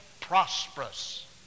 prosperous